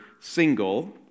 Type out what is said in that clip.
single